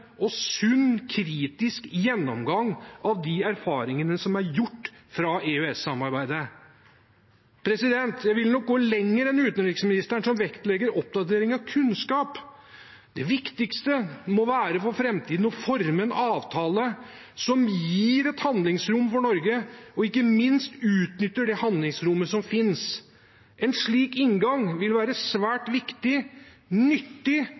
og sunn kritisk gjennomgang av de erfaringene som er gjort fra EØS-samarbeidet. Jeg vil nok gå lenger enn utenriksministeren, som vektlegger oppdatering av kunnskap. Det viktigste for framtiden må være å forme en avtale som gir et handlingsrom for Norge og ikke minst utnytter det handlingsrommet som finnes. En slik inngang vil være svært viktig, nyttig